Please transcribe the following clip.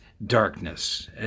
darkness